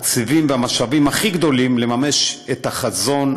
התקציבים והמשאבים הכי גדולים לממש את החזון,